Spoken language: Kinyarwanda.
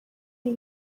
iyi